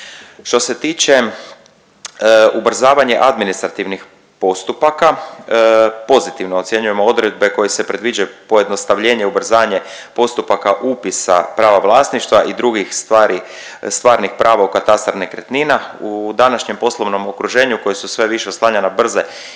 Što se tiče ubrzavanje administrativnih postupaka, pozitivno ocjenjujemo odredbe koje se predviđaju pojednostavljenje, ubrzanje postupaka upisa prava vlasništva i drugih stvari, stvarnih prava u katastar nekretnina. U današnjem poslovnom okruženju u koji su sve više stavljene brze